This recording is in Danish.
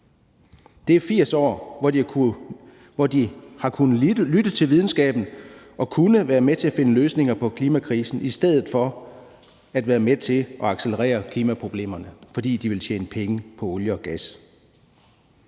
Det er 80 år, hvor de har kunnet lytte til videnskaben og kunnet være med til at finde løsninger på klimakrisen i stedet for at være med til at accelerere klimaproblemerne, fordi de vil tjene penge på olie og gas.